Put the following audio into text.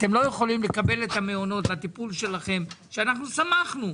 אתם לא יכולים לקבל את המעונות והטיפול שלכם שאנחנו שמחנו,